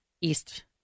East